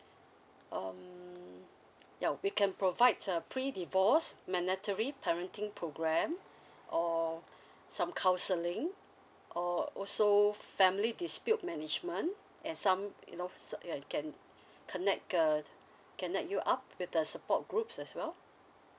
um ya we can provides a pre divorce mandatory parenting program or some counseling or also family dispute management and some you know so I can connect uh connect you up with the support groups as well